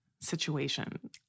situation